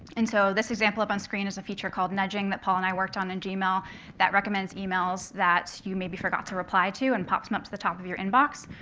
and so this example up on screen is a feature called nudging that paul and i worked on in gmail that recommends emails that you maybe forgot to reply to and pops them up to the top of your inbox.